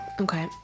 Okay